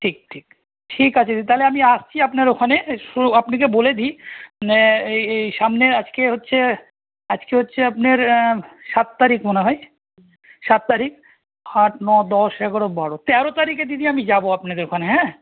ঠিক ঠিক ঠিক আছে দিদি তাহলে আমি আসছি আপনার ওখানে শ আপনাকে বলে দিই এই এই সামনের আজকে হচ্ছে আজকে হচ্ছে আপনের সাত তারিখ মনে হয় সাত তারিখ আট ন দশ এগারো বারো তেরো তারিখে দিদি আমি যাবো আপনাদের ওখানে হ্যাঁ